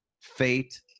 fate